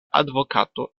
advokato